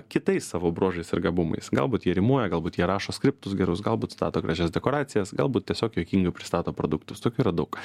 kitais savo bruožais ir gabumais galbūt jie rimuoja galbūt jie rašo skriptus gerus galbūt stato gražias dekoracijas galbūt tiesiog juokingai pristato produktus tokių yra daug